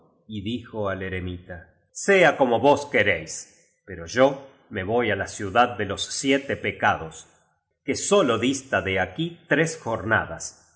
y dijo al eremita sea como vos queréis pero yo me voy á la ciudad de los siete pecados que sólo dista de aquí tres jornadas